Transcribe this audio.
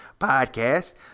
podcast